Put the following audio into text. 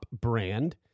brand